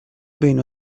بین